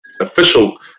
official